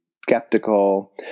skeptical